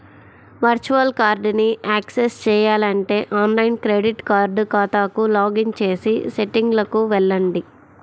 virtual కార్డ్ని access చేయాలంటే online credit card ఖాతాకు లాగిన్ చేసి సెట్టింగ్లకు వెళ్లండి